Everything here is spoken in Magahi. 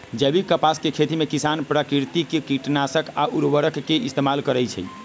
जैविक कपास के खेती में किसान प्राकिरतिक किटनाशक आ उरवरक के इस्तेमाल करई छई